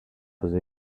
position